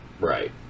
Right